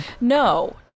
No